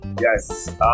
Yes